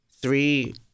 three